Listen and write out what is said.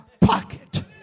pocket